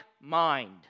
mind